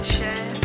Share